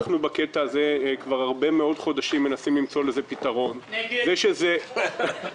אנחנו מנסים למצוא פתרון כבר תקופה ממשוכת.